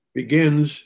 begins